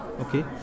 Okay